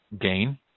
gain